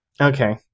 Okay